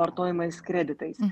vartojamais kreditais